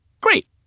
Great